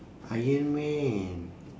iron man